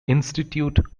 institute